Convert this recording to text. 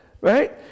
right